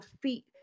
feet